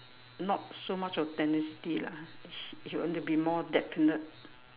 not so much of tenacity lah you want to be more definite